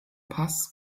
pass